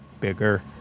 bigger